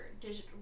digital